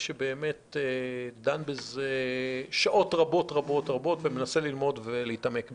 שדן בזה שעות רבות ומנסה ללמוד ולהתעמק בזה.